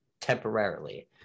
temporarily